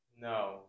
No